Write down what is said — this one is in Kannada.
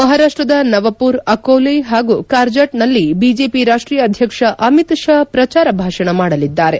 ಮಹಾರಾಷ್ಟದ ನವಮರ್ ಅಕೋಲೆ ಹಾಗೂ ಕಾರ್ಜಾಟ್ನಲ್ಲಿ ಬಿಜೆಪಿ ರಾಷ್ಟೀಯ ಅಧ್ಯಕ್ಷ ಅಮಿತ್ ಶಾ ಪ್ರಜಾರ ಭಾಷಣ ಮಾಡಲಿದ್ದಾರೆ